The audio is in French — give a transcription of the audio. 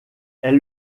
elle